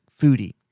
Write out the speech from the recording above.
Foodie